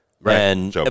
Right